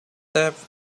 stepped